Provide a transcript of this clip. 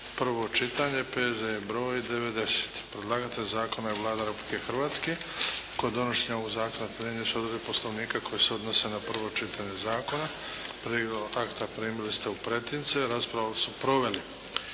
prvo čitanje, P.Z.E. br. 90; Predlagatelj zakona je Vlada Republike Hrvatske. Kod donošenja ovoga zakona primijeniti će se odredbe Poslovnika koje se odnose na prvo čitanje zakona. Prijedlog akta primili ste u pretince. Raspravu su proveli: